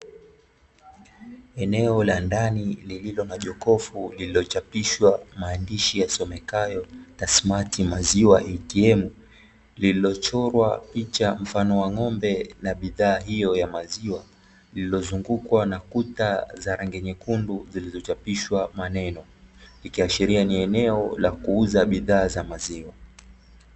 Eneo la ndani lililo na jokofu lilichapishwa maandishi yasomekayo "TASMATI MAZIWA ATM", lililochorwa picha mfano wa ng'ombe na bidhaa hiyo ya maziwa lililozungukwa na kuta za rangi nyekundu zilizo chapishwa maneno, zikiashiria ni eneo la kuuza bidhaa za maziwa.